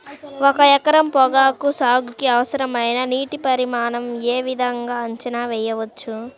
ఒక ఎకరం పొగాకు సాగుకి అవసరమైన నీటి పరిమాణం యే విధంగా అంచనా వేయవచ్చు?